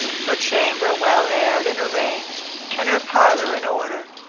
her chamber well aired and arranged and her parlor in order,